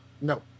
No